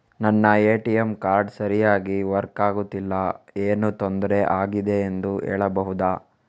ನನ್ನ ATM card ಸರಿಯಾಗಿ work ಆಗುತ್ತಿಲ್ಲ, ಏನು ತೊಂದ್ರೆ ಆಗಿದೆಯೆಂದು ಹೇಳ್ಬಹುದಾ?